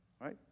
right